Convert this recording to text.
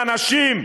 ואנשים,